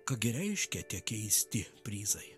ką gi reiškia tie keisti prizai